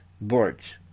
boards